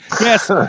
yes